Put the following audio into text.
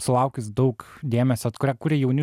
sulaukus daug dėmesio kurią kuria jauni